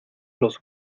los